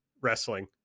wrestling